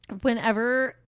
Whenever